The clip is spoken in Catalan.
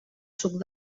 suc